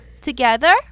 Together